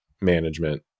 management